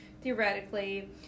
Theoretically